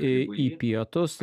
į pietus